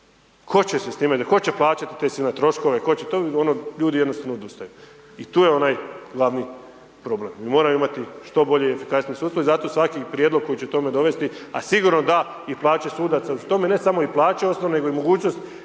Tko će se s time, tko će plaćati te silne troškove. Ljudi jednostavno odustaju. I tu je onaj glavni problem. Mi imati što bolje i efikasnije sudstvo i zato svaki prijedlog koji će tome dovesti a sigurno da i plaće sudaca, k tome ne samo i plaće osnovno nego i mogućnost